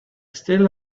still